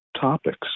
topics